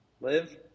Live